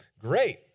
Great